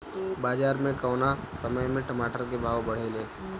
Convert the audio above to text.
बाजार मे कौना समय मे टमाटर के भाव बढ़ेले?